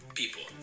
people